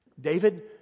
David